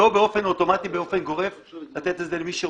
לא באופן אוטומטי באופן גורף לתת את זה למי שרוצה.